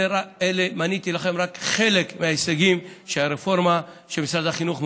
מניתי לכם רק חלק מההישגים שהרפורמה שמשדר החינוך מוביל,